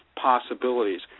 possibilities